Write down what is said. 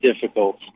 difficult